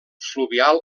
fluvial